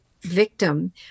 victim